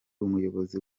umuyobozi